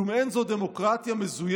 כלום אין זו דמוקרטיה מזויפת